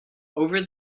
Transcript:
over